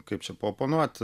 kaip čia paoponuot